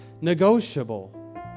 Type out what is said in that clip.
negotiable